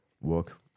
work